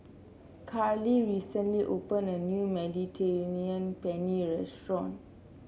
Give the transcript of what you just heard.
Carly recently opened a new Mediterranean Penne Restaurant